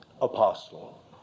apostle